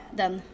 den